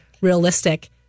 realistic